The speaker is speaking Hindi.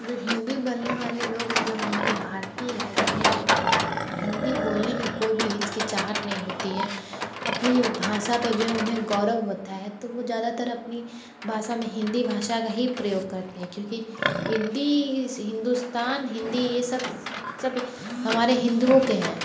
जो हिंदी बलने वाले लोग है जो हमारे भारतीय है जिन्हें हिंदी बोलने में कोई भी हिचकिचाहट नहीं होती है अपनी भाषा पर जो है उन्हें गौरव होता है तो वो ज़्यादातर अपनी भाषा में हिंदी भाषा का ही प्रयोग करते हैं क्योंकि हिंदी हिंदुस्तान हिंदी ये सब सब हमारे हिंदुओ के हैं